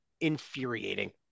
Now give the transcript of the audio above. infuriating